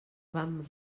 vam